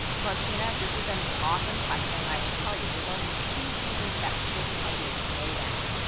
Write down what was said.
martina, this is an awesome question. i will tell you, there's only two reasons that people tell you to slow down.